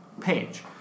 page